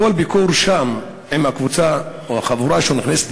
כל ביקור שלו שם עם הקבוצה או עם החבורה שנכנסת